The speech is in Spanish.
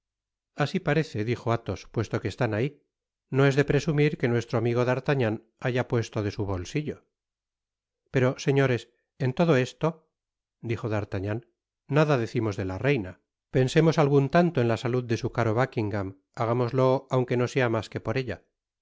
asi parece dijo athos puesto que están ahi no es de presumir que nuestro amigo d'artagnan baya puesto de su bolsilto pero señores en todo esto dijo d'artagnan nada decimos de la reina pensemos algun tanto en la salud de su caro buckingam hagámoslo aunque no sea mas que por ella